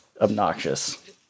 obnoxious